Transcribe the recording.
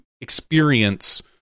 experience